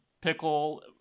pickle